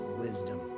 wisdom